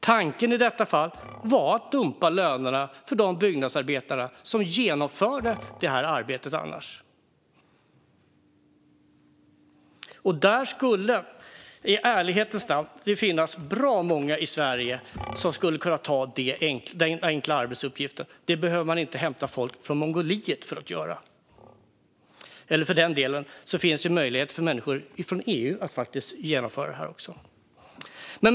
Tanken i detta fall var att dumpa lönerna för de byggnadsarbetare som annars gjorde arbetet. I ärlighetens namn finns bra många i Sverige som kan göra den enkla arbetsuppgiften. Det behöver man inte hämta folk från Mongoliet för att göra; eller för den delen kan människor från EU göra jobbet.